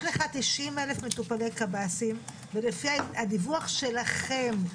יש לך 90,000 מטופלי קב"סים לפי הדיווח שלכם,